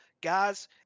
guys